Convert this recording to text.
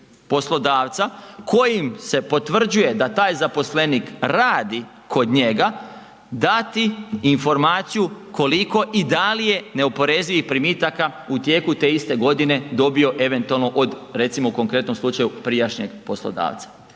poslodavca kojim se potvrđuje da taj zaposlenik radi kod njega dati informaciju koliko i da li je neoporezivih primitaka u tijeku te iste godine dobio eventualno od, recimo u konkretnom slučaju, prijašnjeg poslodavca.